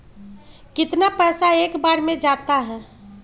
कितना पैसा एक बार में जाता है?